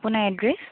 আপোনাৰ এড্ৰেছ